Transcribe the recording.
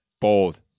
bold